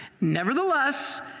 Nevertheless